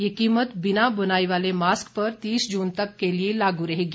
यह कीमत बिना बुनाई वाले मास्क पर तीस जून तक के लिए लागू रहेगी